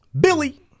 Billy